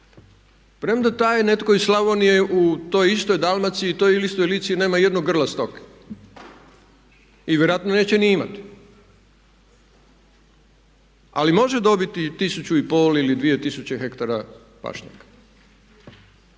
Premda taj netko iz Slavonije u toj istoj Dalmaciji, toj istoj Lici nema jednog grla stoke i vjerojatno neće ni imati ali može dobiti 1500 ili 2000 hektara pašnjaka.